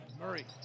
Murray